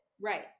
right